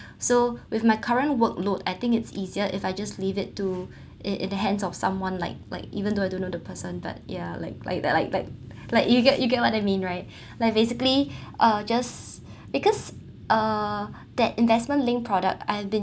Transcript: so with my current workload I think it's easier if I just leave it to it in the hands of someone like like even though I don't know the person but ya like like like like like you get you get what I mean right like basically uh just because uh that investment linked product I've been